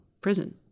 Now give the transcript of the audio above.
prison